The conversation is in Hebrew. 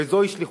וזוהי שליחותי.